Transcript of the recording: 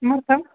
किमर्थम्